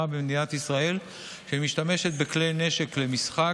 במדינת ישראל שמשתמשת בכלי נשק למשחק,